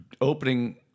opening